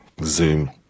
zoom